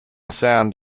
sound